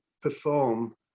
perform